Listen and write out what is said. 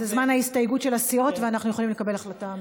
זה זמן ההסתייגות של הסיעות ואנחנו יכולים לקבל החלטה.